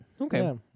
Okay